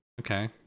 Okay